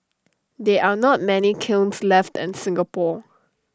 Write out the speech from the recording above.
there are not many kilns left in Singapore